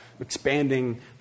expanding